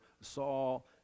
Saul